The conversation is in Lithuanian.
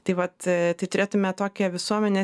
tai vat tai turėtume tokią visuomenę